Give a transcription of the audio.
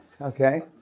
Okay